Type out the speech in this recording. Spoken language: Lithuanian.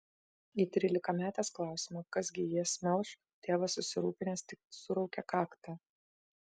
į trylikametės klausimą kas gi jas melš tėvas susirūpinęs tik suraukia kaktą